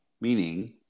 meaning